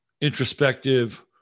Introspective